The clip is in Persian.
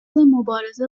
مبارزه